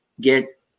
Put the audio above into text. get